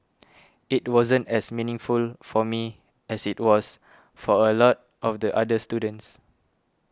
it wasn't as meaningful for me as it was for a lot of the other students